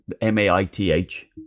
M-A-I-T-H